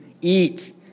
eat